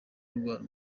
urwara